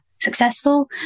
successful